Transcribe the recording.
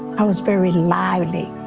i was very lively.